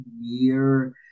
year